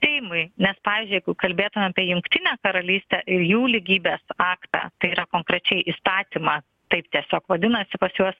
seimui nes pavyzdžiui jeigu kalbėtumėme apie jungtinę karalystę ir jų lygybės aktą tai yra konkrečiai įstatymą taip tiesiog vadinasi pas juos